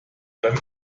beim